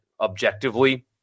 objectively